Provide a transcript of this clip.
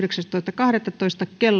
kahdettatoista